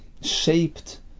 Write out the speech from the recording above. shaped